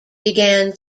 began